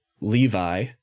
Levi